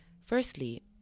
Firstly